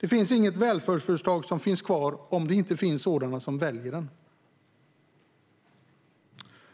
Det finns inget välfärdsföretag som finns kvar om det inte finns sådana som väljer det.